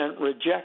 reject